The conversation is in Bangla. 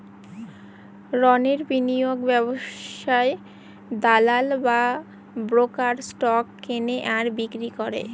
রণের বিনিয়োগ ব্যবস্থায় দালাল বা ব্রোকার স্টক কেনে আর বিক্রি করে